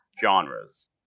genres